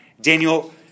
Daniel